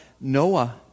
Noah